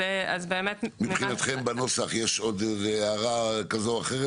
מבחינתכם יש עוד איזה הערה בנוסח?